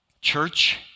Church